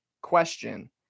question